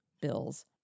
Bills